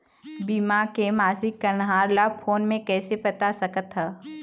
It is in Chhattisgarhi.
बीमा के मासिक कन्हार ला फ़ोन मे कइसे पता सकत ह?